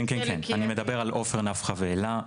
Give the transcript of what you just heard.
אני מדבר על עופר, נפחא ואלה.